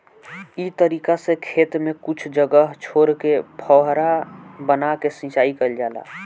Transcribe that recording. इ तरीका से खेत में कुछ जगह छोर के फौवारा बना के सिंचाई कईल जाला